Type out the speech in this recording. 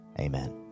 amen